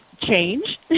change